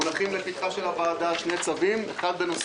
מונחים לפתחה של הוועדה שני צווים: אחד בנושא